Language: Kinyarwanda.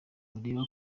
bareba